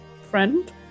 friend